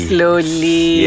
Slowly